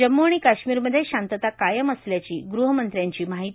जम्मू आणि काश्मीरमध्ये शांतता कायम असल्याची गृहमंत्र्यांची माहिती